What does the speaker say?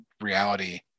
reality